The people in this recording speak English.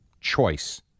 Choice